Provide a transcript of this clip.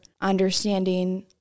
understanding